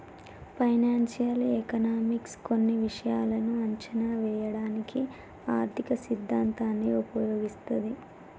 financial economics కొన్ని విషయాలను అంచనా వేయడానికి ఆర్థిక సిద్ధాంతాన్ని ఉపయోగిస్తది